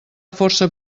força